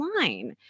line